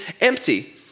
empty